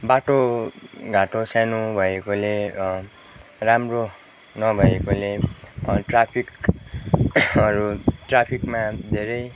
बाटोघाटो सानो भएकोले राम्रो नभएकोले ट्राफिक हरू ट्राफिकमा धेरै